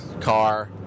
car